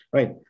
Right